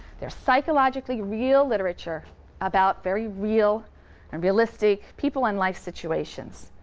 they're psychologically real literature about very real or realistic people and life situations.